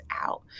out